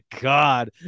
God